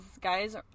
guys